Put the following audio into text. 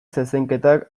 zezenketak